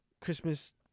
Christmas—